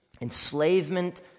enslavement